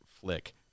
flick